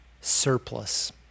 surplus